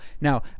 now